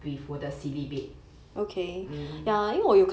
with 我的 sealy bed